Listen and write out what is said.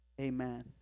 Amen